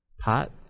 pot